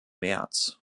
märz